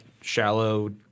shallow